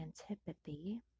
antipathy